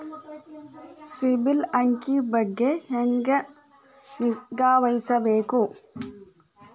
ಸಿಬಿಲ್ ಅಂಕಿ ಬಗ್ಗೆ ಹೆಂಗ್ ನಿಗಾವಹಿಸಬೇಕು?